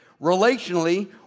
relationally